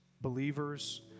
believers